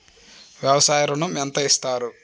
వ్యవసాయ ఋణం ఎంత ఇస్తారు?